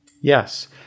Yes